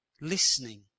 listening